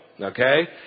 Okay